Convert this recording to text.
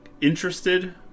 interested